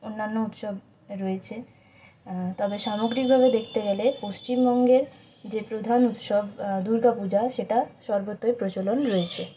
অন্যান্য উৎসব রয়েছে তবে সামগ্রিকভাবে দেখতে গেলে পশ্চিমবঙ্গের যে প্রধান উৎসব দুর্গাপূজা সেটা সর্বত্রই প্রচলন রয়েছে